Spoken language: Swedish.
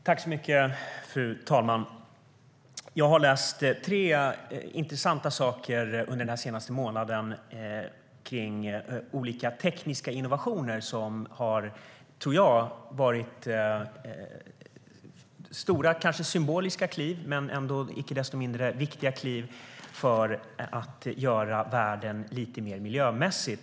Fru talman! Jag har läst tre intressanta saker under den senaste månaden om olika tekniska innovationer som jag tror har varit stora symboliska - med icke desto mindre viktiga - kliv för att göra världen lite mer miljömässig.